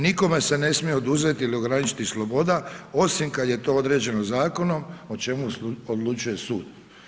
Nikome se ne smije oduzeti ili ograničiti sloboda, osim kad je to određeno zakonom, o čemu odlučuje sud.